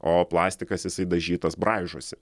o plastikas jisai dažytas braižosi